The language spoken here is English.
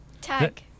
Tag